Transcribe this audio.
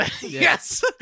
yes